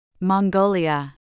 Mongolia